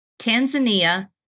Tanzania